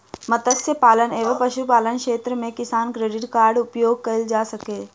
मत्स्य पालन एवं पशुपालन क्षेत्र मे किसान क्रेडिट कार्ड उपयोग कयल जा सकै छै